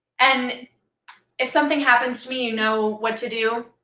and if something happens to me, you know what to do?